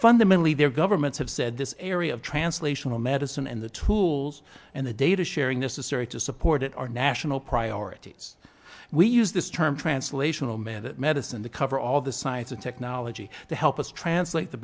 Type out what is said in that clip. fundamentally their governments have said this area of translation of medicine and the tools and the data sharing this is scary to support it our national priorities we use this term translation oh man the medicine the cover all the science and technology to help us translate the